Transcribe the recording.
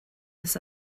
his